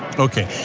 okay,